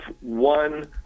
one